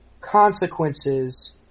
consequences